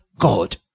God